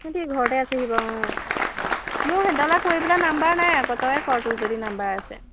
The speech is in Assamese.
সিহঁত ঘৰতে আছেহি বাৰু অ' মোৰ নাম্বাৰ নাই আকৌ তইয়ে কৰ তোৰ যদি নাম্বাৰ আছে